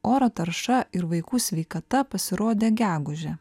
oro tarša ir vaikų sveikata pasirodė gegužę